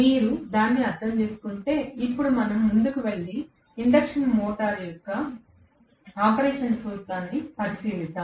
మీరు దీన్ని అర్థం చేసుకుంటే ఇప్పుడు మనము ముందుకు వెళ్లి ఇండక్షన్ మోటర్ యొక్క ఆపరేషన్ సూత్రాన్ని పరిశీలిస్తాము